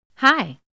Hi